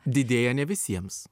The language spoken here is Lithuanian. didėja ne visiems